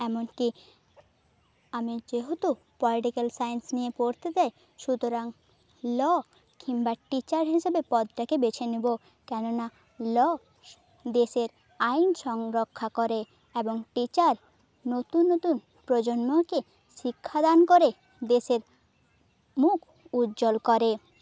এমন কি আমি যেহেতু পলিটিক্যাল সায়েন্স নিয়ে পড়তে চাই সুতরাং ল কিংবা টিচার হিসেবে পদটাকে বেছে নেবো কেন না ল দেশের আইন সংরক্ষণ করে এবং টিচার নতুন নতুন প্রজন্মকে শিক্ষাদান করে দেশের মুখ উজ্জ্বল করে